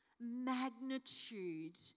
magnitude